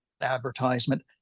advertisement